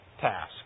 task